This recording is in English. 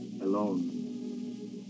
alone